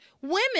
Women